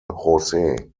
jose